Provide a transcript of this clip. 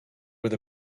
with